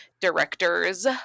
directors